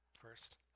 first